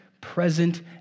present